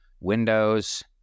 windows